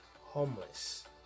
homeless